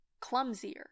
clumsier